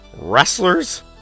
wrestlers